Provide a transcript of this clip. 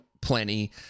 plenty